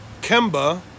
Kemba